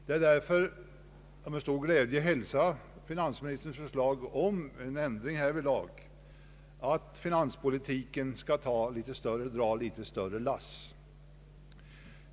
Det är därför jag med stor glädje hälsar finansministerns förslag om en ändring härvidlag — att finanspolitiken skall dra litet större lass.